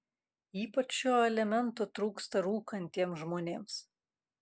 ypač šio elemento trūksta rūkantiems žmonėms